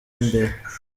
mbere